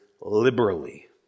liberally